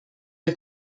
der